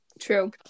True